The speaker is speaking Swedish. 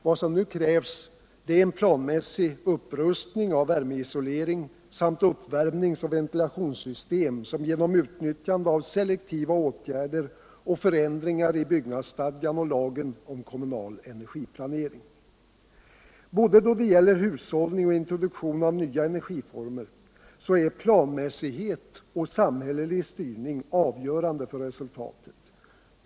Vad som nu kriivs är en planmässig upprustning av värmeisolering samt uppvärmnings och ventilationssystem genom utnyttjande av selektiva åtgärder och förändringar i byggnadsstadgan och lagen om kommunal energiplanering. Både då det gäller hushållning och introduktion av nya energiformer är planmässighet och samhällelig styrning avgörande för resultatet.